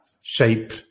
shape